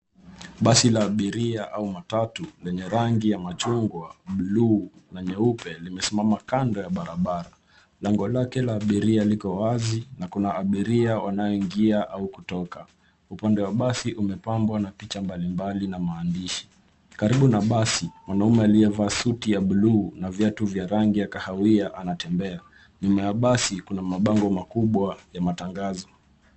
Basi la abiria au matatu lenye rangi ya machungwa, bluu na nyeupe, limesimama kando ya barabara. Lango lake la abiria liko wazi na kuna abiria wanayeingia au kutoka. Upande wa basi umepambwa na picha mbali mbali na maandishi. Karibu na basi, mwanaume aliyevaa suti ya bluu na viatu vya rangi ya kahawia anatembea. Nyuma ya basi kuna mabango makubwa ya matangazo.